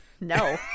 No